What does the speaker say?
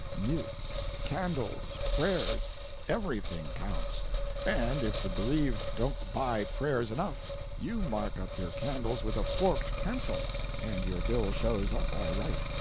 mutes, candles, prayers everything counts and if the bereaved don't buy prayers enough you mark up your candles with a forked pencil, and your bill shows up all right.